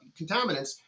contaminants